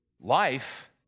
Life